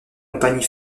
compagnie